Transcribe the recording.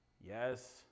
Yes